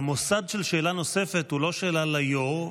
המוסד של שאלה נוספת הוא לא שאלה ליו"ר,